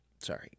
sorry